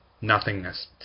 nothingness